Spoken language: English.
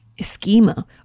schema